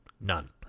None